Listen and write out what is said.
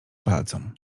palcom